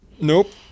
Nope